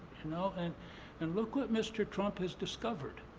you know and and look what mr. trump has discovered.